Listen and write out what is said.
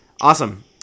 Awesome